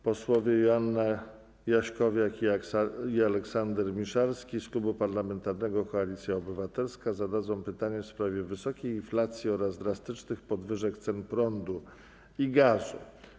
Posłowie Joanna Jaśkowiak i Aleksander Miszalski z Klubu Parlamentarnego Koalicja Obywatelska zadadzą pytanie w sprawie wysokiej inflacji oraz drastycznych podwyżek cen prądu i gazu.